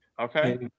Okay